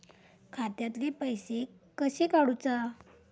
खात्यातले पैसे कशे काडूचा?